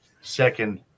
second